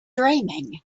dreaming